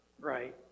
Right